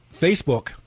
Facebook